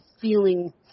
feeling